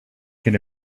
can